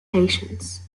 patients